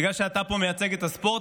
בגלל שאתה פה מייצג את הספורט,